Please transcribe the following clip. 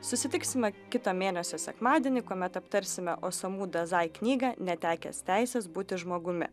susitiksime kitą mėnesio sekmadienį kuomet aptarsime osamu dazai knygą netekęs teisės būti žmogumi